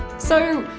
so,